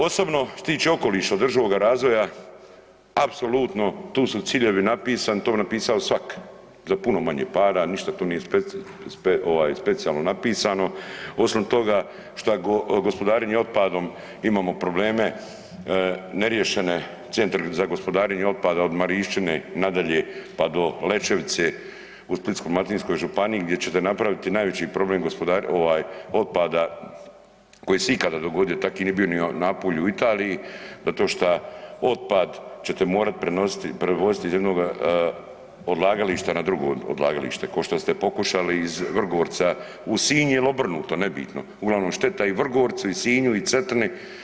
Osobno što se tiče okoliša održivog razvoja apsolutno tu su ciljevi napisani, to bi napisao svak za puno manje para, ništa tu nije ovaj specijalno napisano osim toga šta gospodarenje otpadom imamo probleme neriješene centre za gospodarenje otpadom od Marišćine nadalje pa do Lećevice u Splitsko-dalmatinskoj županije gdje ćete napraviti najveći problem ovaj otpada koji se ikada dogodio, taki nije bio ni u Napulju u Italiji zato šta otpad ćete morat prenositi, prevoziti iz jednoga odlagališta na drugo odlagalište, ko što ste pokušali iz Vrgorca u Sinj ili obrnuto, nebitno uglavnom šteta i Vrgorcu i Sinju i Cetini.